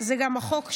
החוק שלי,